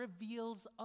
reveals